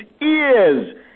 ears